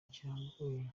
kirambuye